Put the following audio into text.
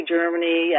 Germany